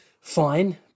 fine